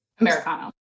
americano